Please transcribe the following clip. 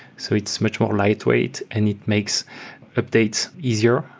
so it's much more lightweight and it makes updates easier,